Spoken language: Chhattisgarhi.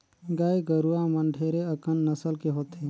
गाय गरुवा मन ढेरे अकन नसल के होथे